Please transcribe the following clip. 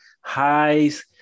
highs